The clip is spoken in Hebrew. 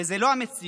וזו לא המציאות,